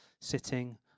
sitting